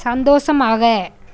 சந்தோசமாக